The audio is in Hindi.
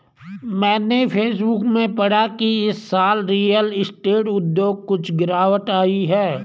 मैंने फेसबुक में पढ़ा की इस साल रियल स्टेट उद्योग कुछ गिरावट आई है